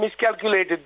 miscalculated